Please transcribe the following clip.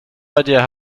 idea